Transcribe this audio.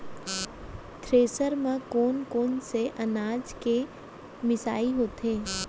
Thresher म कोन कोन से अनाज के मिसाई होथे?